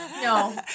No